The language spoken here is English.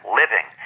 living